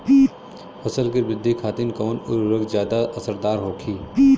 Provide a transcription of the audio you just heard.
फसल के वृद्धि खातिन कवन उर्वरक ज्यादा असरदार होखि?